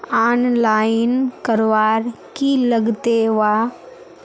Online करवार की लगते वा?